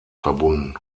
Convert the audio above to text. verbunden